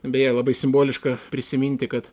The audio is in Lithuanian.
beje labai simboliška prisiminti kad